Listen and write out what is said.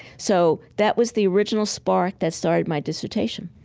so that was the original spark that started my dissertation